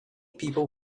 people